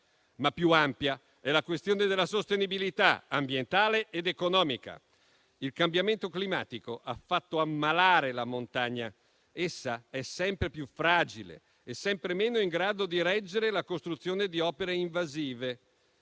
ampia però è la questione della sostenibilità ambientale ed economica. Il cambiamento climatico ha fatto ammalare la montagna, che è sempre più fragile e sempre meno in grado di reggere la costruzione di opere invasive.